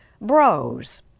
bros